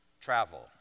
Travel